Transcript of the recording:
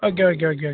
okay okay okay okay